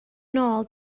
nôl